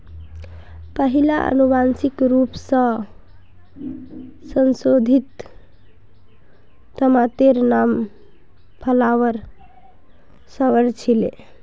पहिला अनुवांशिक रूप स संशोधित तमातेर नाम फ्लावर सवर छीले